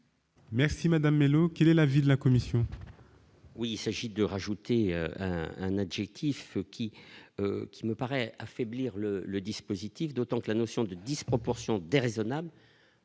Merci Madame Mellow quel est l'avis de la commission.